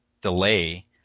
delay